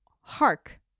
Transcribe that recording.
hark